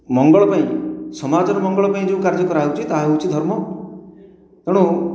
ମଙ୍ଗଳ ପାଇଁ ସମାଜର ମଙ୍ଗଳ ପାଇଁ ଯେଉଁ କାର୍ଯ୍ୟ କରାହେଉଛି ତାହା ହେଉଛି ଧର୍ମ ତେଣୁ